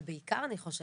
אבל בעיקר אני חושבת